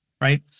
right